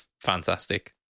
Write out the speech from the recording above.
fantastic